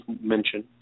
mention